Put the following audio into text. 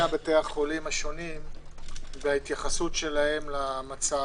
בתי החולים השונים בהתייחסותם למצב.